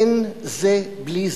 אין זה בלי זה.